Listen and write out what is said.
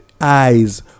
eyes